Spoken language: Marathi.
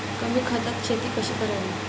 कमी खतात शेती कशी करावी?